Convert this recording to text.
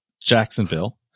Jacksonville